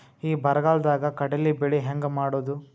ಈ ಬರಗಾಲದಾಗ ಕಡಲಿ ಬೆಳಿ ಹೆಂಗ ಮಾಡೊದು?